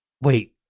wait